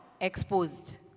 Exposed